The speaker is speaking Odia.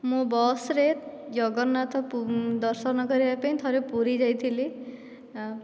ମୁଁ ବସରେ ଜଗନ୍ନାଥଙ୍କ ଦର୍ଶନ କରିବାପାଇଁ ଥରେ ପୁରୀ ଯାଇଥିଲି ଆଉ